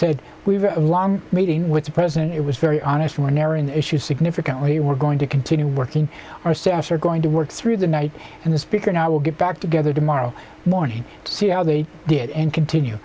said we have a long meeting with the president it was very honest when erin issued significantly we're going to continue working our staffs are going to work through the night and the speaker now will get back together tomorrow morning to see how they did and continue